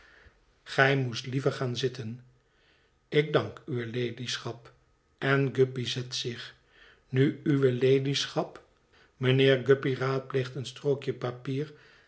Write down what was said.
gij moest liever gaan zitten ik dank uwe ladyschap en guppy zet zich nu uwe ladyschap mijnheer guppy raadpleegt een strookje papier